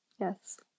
Yes